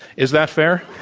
is that fair?